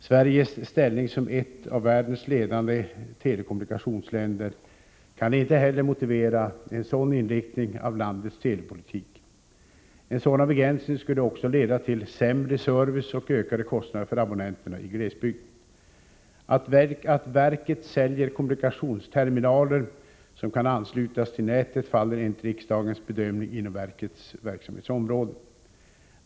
Sveriges ställning som ett av världens ledande telekommunikationsländer kan inte heller motivera en sådan inriktning av landets telepolitik. En sådan begränsning skulle också leda till sämre service och ökade kostnader för abonnenterna i glesbygd. Att verket säljer kommunikationsterminaler som kan anslutas till nätet faller enligt riksdagens bedömning inom verkets verksamhetsområde.